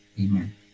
amen